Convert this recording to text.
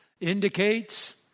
indicates